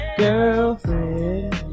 girlfriend